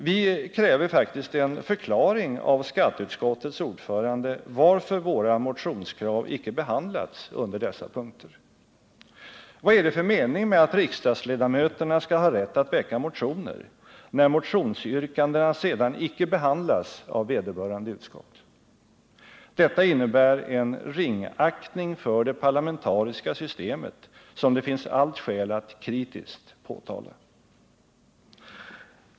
Vi kräver faktiskt en förklaring av skatteutskottets ordförande till att våra motionskrav icke behandlats under dessa punkter. Vad är det för mening med att riksdagsledamöterna skall ha rätt att väcka motioner, när motionsyrkandena sedan icke behandlas av vederbörande utskott? Detta innebär en ringaktning för det parlamentariska systemet som det finns allt skäl att kritiskt påtala.